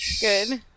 Good